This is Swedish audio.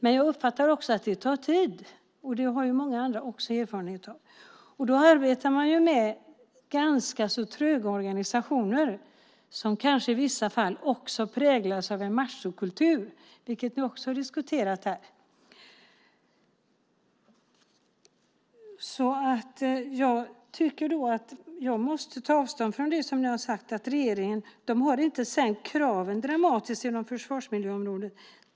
Men jag uppfattar också att det tar tid, och det har många andra också erfarenhet av. Man arbetar med ganska tröga organisationer, som kanske i vissa fall också präglas av en machokultur. Det har vi också diskuterat här. Jag måste ta avstånd från det som ni har sagt. Regeringen har inte sänkt kraven dramatiskt inom försvarsmiljöområdet.